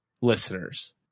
listeners